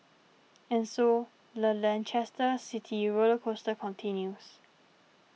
and so the Leicester City roller coaster continues